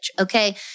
okay